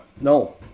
No